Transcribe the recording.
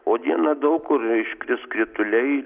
o dieną daug kur iškris krituliai